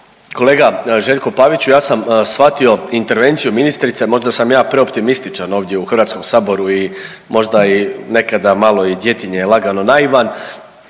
Kolega Željko Paviću, ja sam shvatio intervenciju ministrice možda sam ja preoptimističan ovdje u Hrvatskom saboru i možda i nekada malo i djetinje lagano naivan,